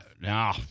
No